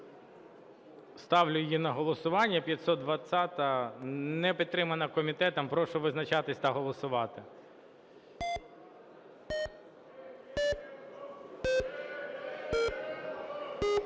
Ставлю її на голосування, 520-а. Не підтримана комітетом. Прошу визначатись та голосувати.